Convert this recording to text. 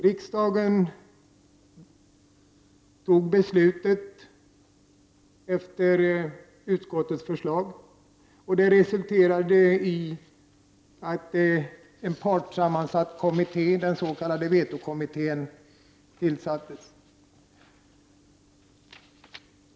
Riksdagen beslutade enligt utskottets förslag, och det resulterade i att en partssammansatt kommitté, den s.k. vetokommittén, tillsattes.